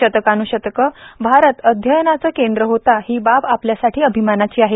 शतकान्शतके भारत अध्ययनाचे केंद्र होता ही बाब आपल्यासाठी अभिमानाची आहे